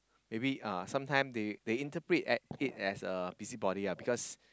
maybe uh sometime they they interpret at it as a busy body ah because